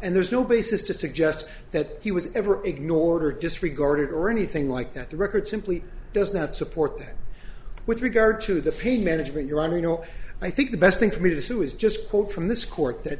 and there's no basis to suggest that he was ever ignored or disregarded or anything like that the record simply does not support that with regard to the pain management your honor you know i think the best thing for me to sue is just quote from this court that